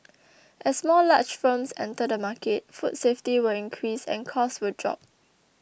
as more large firms enter the market food safety will increase and costs will drop